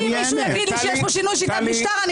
אם מישהו יגיד לי שיש פה שינוי בשיטת משטר,